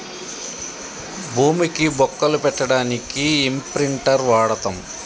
భూమికి బొక్కలు పెట్టడానికి ఇంప్రింటర్ వాడతం